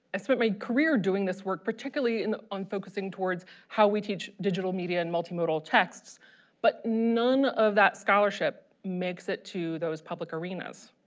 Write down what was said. i spent my career doing this work particularly in on focusing towards how we teach digital media and multimodal texts but none of that scholarship makes it to those public arenas.